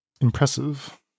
Impressive